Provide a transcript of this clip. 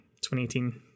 2018